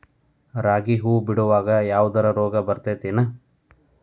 ರಾಗಿ ಹೂವು ಬಿಡುವಾಗ ಯಾವದರ ರೋಗ ಬರತೇತಿ ಏನ್?